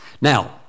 Now